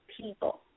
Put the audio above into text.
people